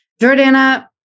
Jordana